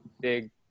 big